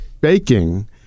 baking